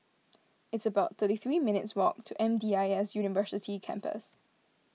it's about thirty three minutes' walk to M D I S University Campus